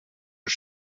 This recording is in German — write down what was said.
des